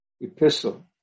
Epistle